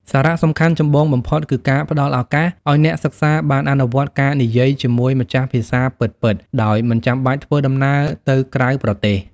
សារៈសំខាន់ចម្បងបំផុតគឺការផ្ដល់ឱកាសឱ្យអ្នកសិក្សាបានអនុវត្តការនិយាយជាមួយម្ចាស់ភាសាពិតៗដោយមិនចាំបាច់ធ្វើដំណើរទៅក្រៅប្រទេស។